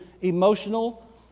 emotional